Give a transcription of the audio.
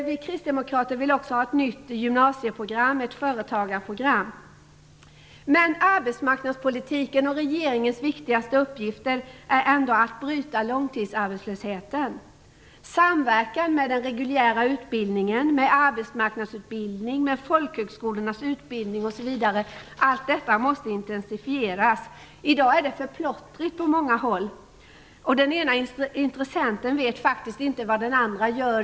Vi kristdemokrater vill också ha ett nytt gymnasieprogram - ett företagarprogram. Arbetsmarknadspolitikens och regeringens viktigaste uppgift är ändå att bryta långtidsarbetslösheten. Samverkan med den reguljära utbildningen, med arbetsmarknadsutbildning, med folkhögskolornas utbildning osv. måste intensifieras. I dag är det för plottrigt på många håll. Den ena intressenten vet faktiskt inte vad den andra gör.